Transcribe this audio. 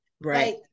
right